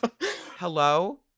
Hello